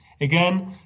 Again